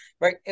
right